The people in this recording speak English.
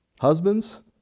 Husbands